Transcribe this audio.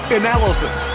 analysis